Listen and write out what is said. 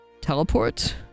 teleport